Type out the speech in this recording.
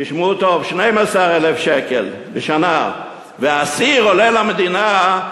תשמעו טוב, 12,000 שקל, בשנה, ואסיר עולה למדינה,